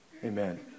Amen